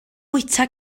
fwyta